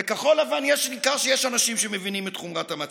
בכחול לבן ניכר שיש אנשים שמבינים את חומרת המצב,